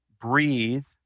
breathe